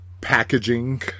packaging